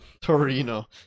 Torino